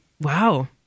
Wow